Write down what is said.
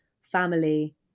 family